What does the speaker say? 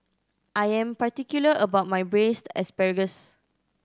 I am particular about my Braised Asparagus